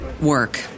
work